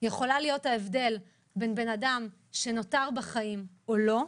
יכולה להיות ההבדל בין אדם שנותר בחיים או לא,